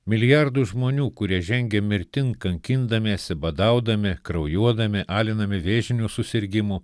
milijardus žmonių kurie žengia mirtin kankindamiesi badaudami kraujuodami alinami vėžinių susirgimų